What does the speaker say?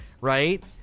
right